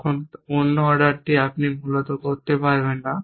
তখন অন্য অর্ডারটি আপনি মূলত করতে পারবেন না